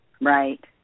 Right